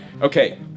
Okay